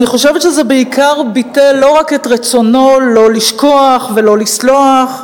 אני חושבת שזה בעיקר ביטא לא רק את רצונו לא לשכוח ולא לסלוח,